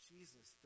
Jesus